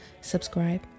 subscribe